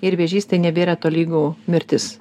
ir vėžys tai nebėra tolygu mirtis